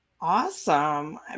Awesome